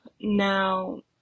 Now